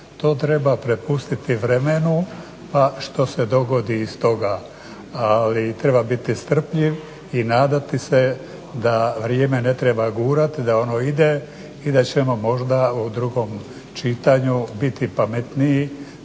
To treba prepustiti vremenu pa što se dogodi iz toga, ali treba biti strpljiv i nadati se da vrijeme ne treba gurati, da ono ide i da ćemo možda u drugom čitanju biti pametniji